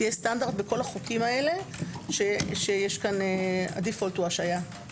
תהיה סטנדרט בכל החוקים האלה שברירת המחדל הוא השעיה.